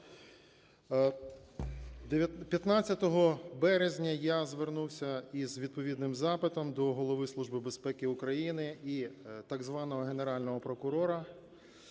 15 березня я звернуся із відповідним запитом до Голови Служби безпеки України і так званого "Генерального прокурора"